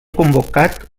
convocat